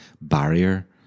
barrier